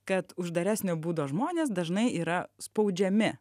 kad uždaresnio būdo žmonės dažnai yra spaudžiami